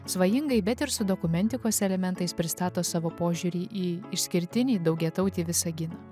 svajingai bet ir su dokumentikos elementais pristato savo požiūrį į išskirtinį daugiatautį visaginą